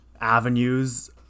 avenues